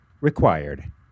required